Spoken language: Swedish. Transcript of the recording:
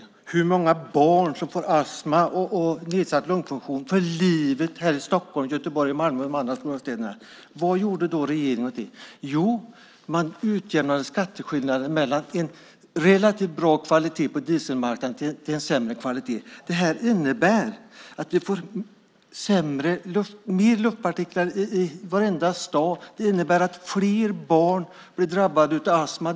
Det är många barn som får astma och nedsatt lungfunktion för livet här i Stockholm, Göteborg, Malmö och de andra stora städerna. Vad gjorde regeringen åt det? Jo, man utjämnade skatteskillnaden mellan en relativt bra kvalitet på dieselmarknaden och en sämre kvalitet. Det innebär att vi får mer partiklar i luften i varenda stad. Det innebär att fler barn blir drabbade av astma.